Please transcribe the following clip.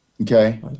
Okay